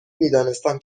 میدانستم